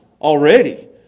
already